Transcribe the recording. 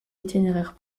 itinéraire